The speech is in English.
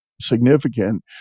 significant